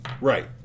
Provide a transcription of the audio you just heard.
right